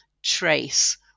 Trace